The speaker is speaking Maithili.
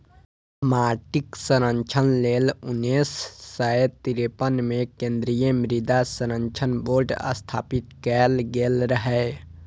माटिक संरक्षण लेल उन्नैस सय तिरेपन मे केंद्रीय मृदा संरक्षण बोर्ड स्थापित कैल गेल रहै